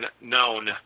known